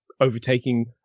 overtaking